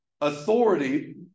Authority